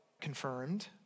confirmed